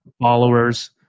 followers